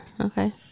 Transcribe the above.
Okay